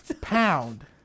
Pound